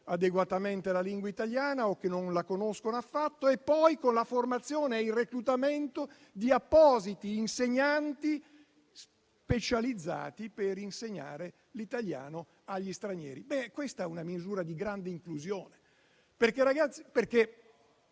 adeguatamente la lingua italiana o che non la conoscono affatto; infine, con la formazione e il reclutamento di appositi insegnanti specializzati per insegnare l'italiano agli stranieri. Questa è una misura di grande inclusione.